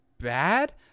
bad